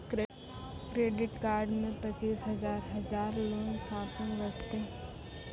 Credit card मे पचीस हजार हजार लोन शॉपिंग वस्ते?